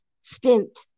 stint